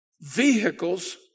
vehicles